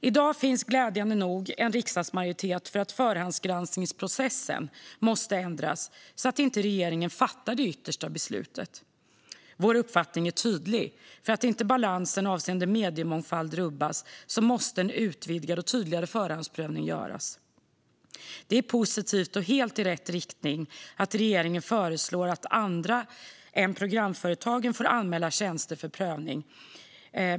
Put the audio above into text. I dag finns glädjande nog en riksdagsmajoritet för att förhandsgranskningsprocessen måste ändras, så att inte regeringen fattar det yttersta beslutet. Vår uppfattning är tydlig. För att inte balansen avseende mediemångfald ska rubbas måste en utvidgad och tydligare förhandsprövning göras. Det är positivt och helt i rätt riktning att regeringen föreslår att andra än programföretagen får anmäla tjänster för prövning.